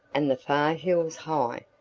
and the far hills high,